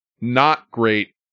not-great